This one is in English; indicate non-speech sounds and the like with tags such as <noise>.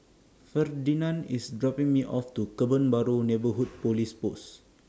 Ferdinand IS dropping Me off to Kebun Baru Neighbourhood <noise> Police Post